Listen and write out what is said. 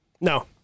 No